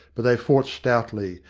but they fought stoutly,